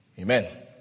Amen